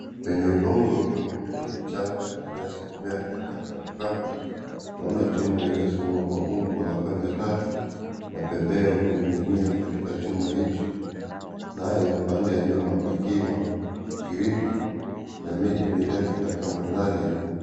Kwenye udongo ulio mimina mchanga na nyasi kumea katika kandokando, tunaona chuma iliyosimama kwa umbo la pembe tatu na pembeo kuninginia katika chuma hicho, nayo pande ya nyuma pakiwa griti na miti mirefu katika mandari ya nyumba .